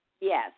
Yes